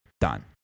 done